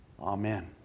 Amen